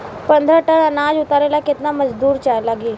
पन्द्रह टन अनाज उतारे ला केतना मजदूर लागी?